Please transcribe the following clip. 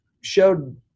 showed